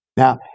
Now